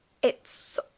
It's